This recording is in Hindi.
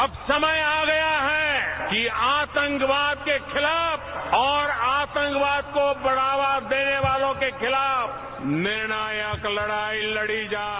अब समय आ गया है कि आतंकवाद के खिलाफ और आतंकवाद को बढ़ावा देने वालों के खिलाफ निर्णायक लड़ाई लड़ी जाए